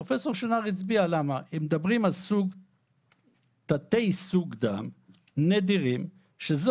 פרופ' שנער הסבירה למה: מדובר על תת-סוגי דם נדירים שזה